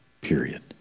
period